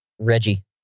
Reggie